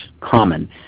common